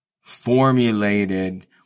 formulated